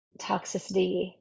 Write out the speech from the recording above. toxicity